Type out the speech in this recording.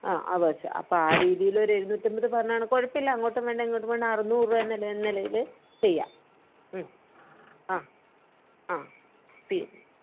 ആ അവേർസ് അപ്പം ആ രീതിയിൽ ഒരു എഴുന്നൂറ്റി അൻപത് പറഞ്ഞതാണ് കുഴപ്പം ഇല്ല അങ്ങോട്ടും വേണ്ട ഇങ്ങോട്ടും വേണ്ട അറുന്നൂറു രൂപ എന്ന നിലയിൽ ചെയ്യാം മ് ആ ആ പിൻ